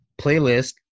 playlist